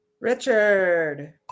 Richard